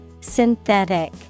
Synthetic